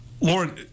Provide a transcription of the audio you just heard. Lauren